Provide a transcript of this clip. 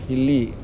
ಇಲ್ಲಿ